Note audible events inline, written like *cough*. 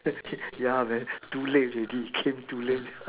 *laughs* yeah then too late already came too late